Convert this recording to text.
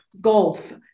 golf